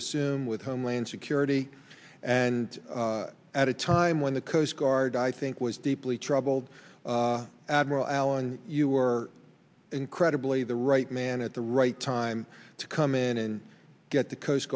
assume with homeland security and at a time when the coast guard i think was deeply troubled admiral allen you were incredibly the right man at the right time to come in and get the coast